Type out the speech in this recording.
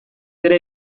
dela